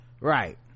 right